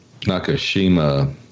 Nakashima